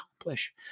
accomplish